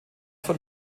von